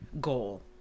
goal